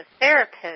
therapist